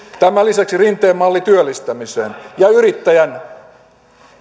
tämän lisäksi rinteen malli työllistämiseen ja yrittäjän